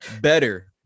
better